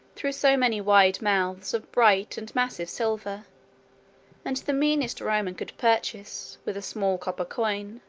through so many wide mouths of bright and massy silver and the meanest roman could purchase, with a small copper coin,